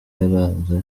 yaranze